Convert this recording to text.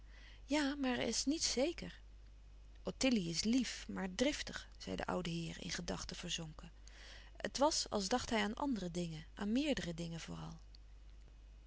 ja maar er is niets zeker ottilie is lief maar driftig zei de oude heer in gedachten verzonken het was als dacht hij aan andere dingen aan meerdere dingen vooral